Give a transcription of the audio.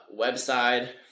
website